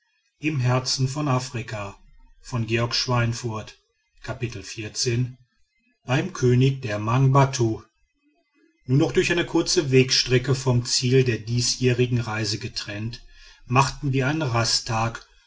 beim könig der mangbattu nur noch durch eine kurze wegstrecke vom ziel der diesjährigen reise getrennt machten wir einen